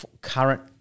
current